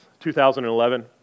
2011